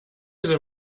soll